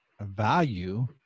value